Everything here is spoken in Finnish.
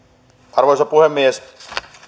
arvoisa puhemies